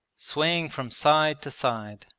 swaying from side to side,